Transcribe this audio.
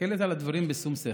מסתכלת על הדברים בשום שכל.